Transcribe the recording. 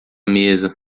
mesa